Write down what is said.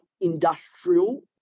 industrial